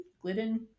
Glidden